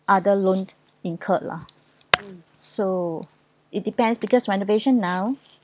other loaned incurred lah so it depends because renovation now